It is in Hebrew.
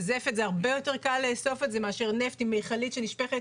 והרבה יותר קל לאסוף זפת מאשר נפט עם מכלית שנשפכת